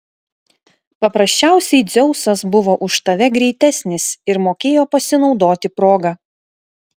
paprasčiausiai dzeusas buvo už tave greitesnis ir mokėjo pasinaudoti proga